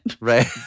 Right